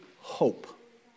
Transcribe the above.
hope